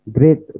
Great